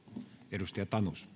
arvoisa